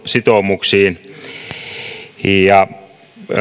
sitoumuksiin ja